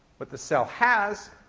what the cell has,